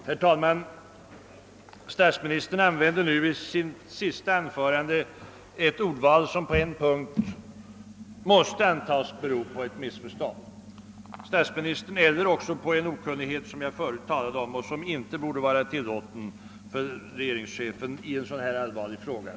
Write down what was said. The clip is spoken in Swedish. Herr talman! Ordvalet i statsministerns sista anförande på en punkt får antas bero på ett missförstånd eller på den okunnighet som jag förut talade om och som regeringschefen inte borde få ådagalägga i en allvarlig fråga.